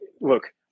look